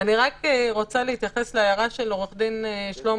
אני רוצה להתייחס להערה של עורך דין שלמה